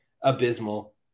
abysmal